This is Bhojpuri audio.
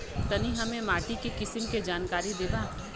तनि हमें माटी के किसीम के जानकारी देबा?